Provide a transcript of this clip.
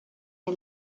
den